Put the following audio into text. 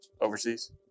overseas